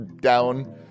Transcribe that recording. down